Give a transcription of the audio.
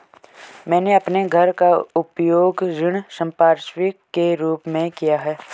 मैंने अपने घर का उपयोग ऋण संपार्श्विक के रूप में किया है